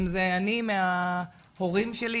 אם זה אני מההורים שלי,